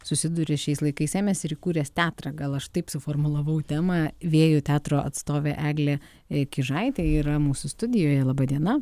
susiduria šiais laikais ėmęs ir įkūręs teatrą gal aš taip suformulavau temą vėjų teatro atstovė eglė kiužaitė yra mūsų studijoje laba diena